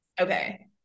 Okay